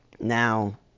now